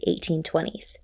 1820s